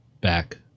back